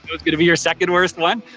is going to be your second worst one,